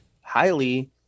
highly